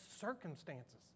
circumstances